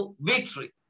victory